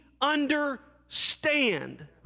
understand